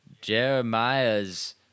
Jeremiah's